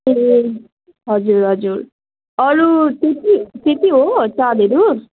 ए हजुर हजुर अरू त्यति त्यति हो चाडहरू